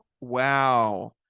wow